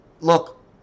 look